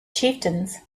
chieftains